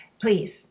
please